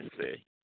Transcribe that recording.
say